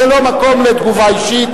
זה לא מקום לתגובה אישית.